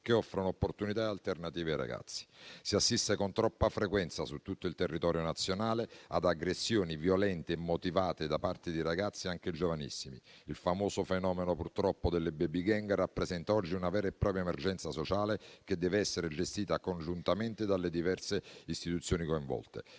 che offrano opportunità e alternative ai ragazzi; si assiste con troppa frequenza su tutto il territorio nazionale ad aggressioni violente e immotivate da parte di ragazzi, anche giovanissimi: il fenomeno delle *baby gang* rappresenta oggi una vera e propria emergenza sociale, che deve essere gestita congiuntamente dalle diverse istituzioni coinvolte,